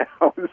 now